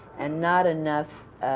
and not enough